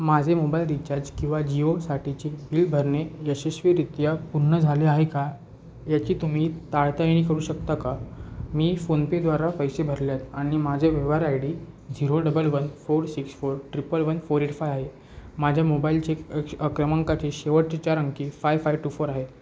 माझे mobile recharge किंवा जिओसाठीचे बिल भरणे यशस्वीरित्या पूर्ण झाले आहे का याची तुम्ही ताळतायेणी करू शकता का मी फोनपेद्वारा पैसे भरल्या आहेत आणि माझे व्यवहार I D zero double one four six four triple one four eight five आहे माझ्या मोबाईलचे क्रमांकाचे शेवटचे चार अंकी फाय फाय टू फोर आहे